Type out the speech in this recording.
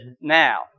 now